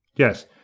Yes